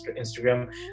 Instagram